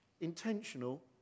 intentional